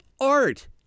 art